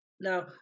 Now